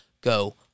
go